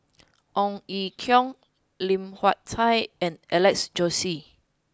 Ong Ye Kung Lim Hak Tai and Alex Josey